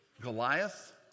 Goliath